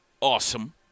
awesome